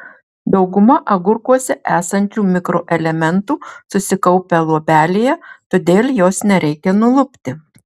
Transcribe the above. dauguma agurkuose esančių mikroelementų susikaupę luobelėje todėl jos nereikia nulupti